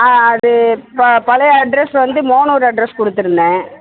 ஆ அது பா பழைய அட்ரெஸ் வந்து மோகனூர் அட்ரெஸ் குடுத்திருந்தேன்